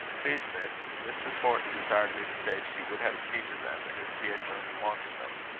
please, miss, mrs. horton desired me to say, she would have seen to them, if she had known you wanted them.